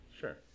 Sure